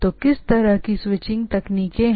तो किस तरह की स्विचिंग तकनीकें हैं